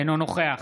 אינו נוכח